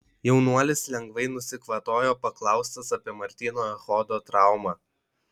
jaunuolis lengvai nusikvatojo paklaustas apie martyno echodo traumą